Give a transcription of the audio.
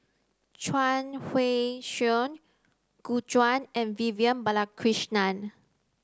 Chuang Hui Tsuan Gu Juan and Vivian Balakrishnan